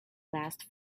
last